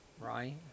Right